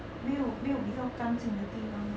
没有没有比较干净的地方吗